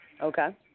Okay